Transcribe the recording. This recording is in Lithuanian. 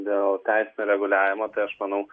dėl teisinio reguliavimo tai aš manau